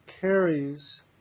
carries